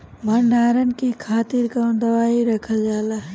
भंडारन के खातीर कौन दवाई रखल जाला?